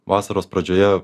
vasaros pradžioje